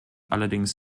allerdings